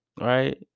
right